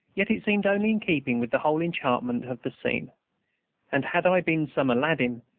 yet it seemed only in keeping with the whole enchantment of the scene and had i been some aladdin,